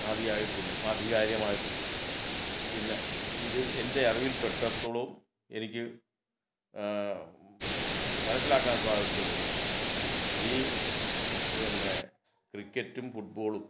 ആതിയായിട്ടുള്ളു ആധികാരികമായിട്ടുള്ളൂ പിന്നെ ഇത് എൻ്റെ അറിവിൽ പെട്ടിടത്തോളം എനിക്ക് മനസ്സിലാക്കാൻ സാധിച്ചത് ഈ പിന്നെ ക്രിക്കറ്റും ഫുട് ബോളും